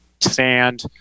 sand